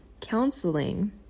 counseling